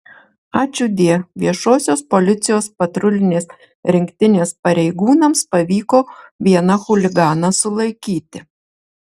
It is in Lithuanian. ačiūdie viešosios policijos patrulinės rinktinės pareigūnams pavyko vieną chuliganą sulaikyti